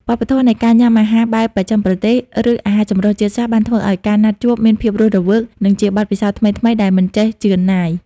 វប្បធម៌នៃការញ៉ាំអាហារបែបបស្ចិមប្រទេស ឬអាហារចម្រុះជាតិសាសន៍ បានធ្វើឱ្យការណាត់ជួបមានភាពរស់រវើក និងជាបទពិសោធន៍ថ្មីៗដែលមិនចេះជឿនណាយ។